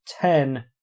ten